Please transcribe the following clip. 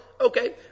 Okay